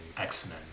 X-Men